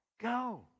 go